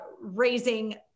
raising